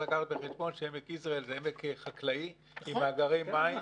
צריך לקחת בחשבון שעמק יזרעאל זה עמק חקלאי עם מאגרי מים,